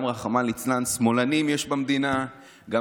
גם,